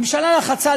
הממשלה לחצה,